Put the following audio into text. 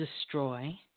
destroy